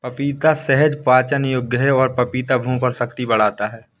पपीता सहज पाचन योग्य है और पपीता भूख और शक्ति बढ़ाता है